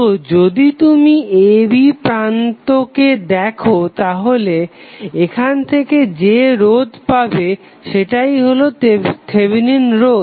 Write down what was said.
তো যদি তুমি a b প্রান্তটিকে দেখো তাহলে এখান থেকে যে রোধ পাবে সেটাই হলো থেভেনিন রোধ